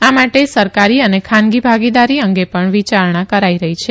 આ માટે સરકારી અને ખાનગી ભાગીદારી અંગે પણ વિચારણા કરાઇ રહી છે